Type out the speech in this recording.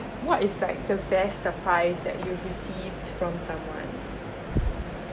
what is like the best surprise that you've received from someone